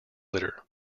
litter